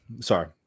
sorry